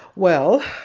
well,